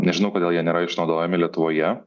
nežinau kodėl jie nėra išnaudojami lietuvoje